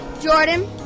jordan